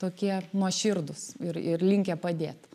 tokie nuoširdūs ir ir linkę padėt